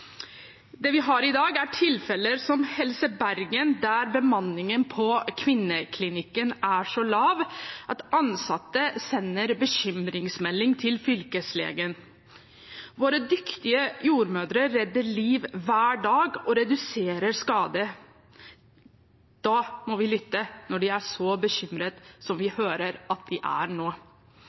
Det vi har i dag, er tilfeller som Helse Bergen, der bemanningen på Kvinneklinikken er så lav at ansatte sender bekymringsmelding til fylkeslegen. Våre dyktige jordmødre redder liv hver dag og reduserer skade. Da må vi lytte når de er så bekymret som vi hører at de er